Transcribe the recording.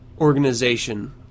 organization